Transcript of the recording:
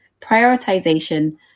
prioritization